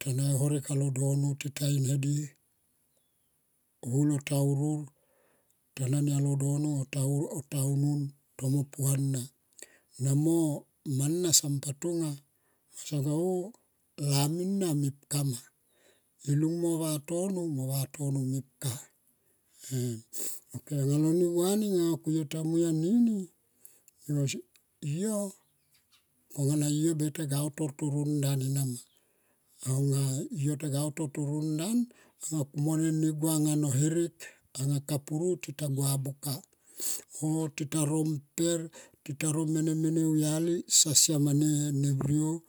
ta na horek alo dono tita in hadi holo ta urur ta nai alo dono unun mo puana. Na mo mana sam pa tonga sanga oh lamina mepka ma i lung mo vatono mepka ma em ok alone va ning ku yo ta mui anini yo konga na yo be ta go utor toro ndan ena ma aunga yo beta ga utor ndan anga kumo ne gua no herek anga kapuru tita gua buka oh tita ro imper tita ro mper tita ro mene mene au yali so siam ma ne vriou